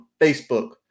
Facebook